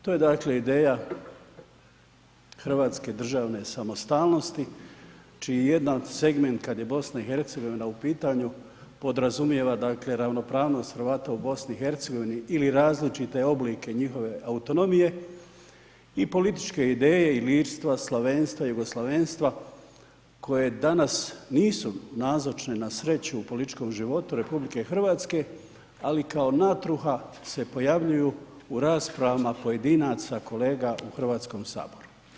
To je dakle ideja hrvatske državne samostalnosti čiji jedan segment kad je BiH u pitanju podrazumijeva dakle ravnopravnost Hrvata u BiH ili različite oblike njihove autonomije i političke ideje ilirstva, slavenstva, jugoslavenstva koje danas nisu nazočne na sreću u političkom životu RH, ali kao natruha se pojavljuju u raspravama pojedinaca kolega u Hrvatskom saboru.